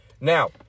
Now